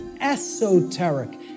esoteric